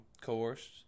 Coerced